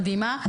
מדהימה,